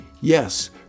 Yes